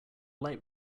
light